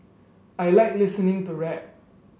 I like listening to rap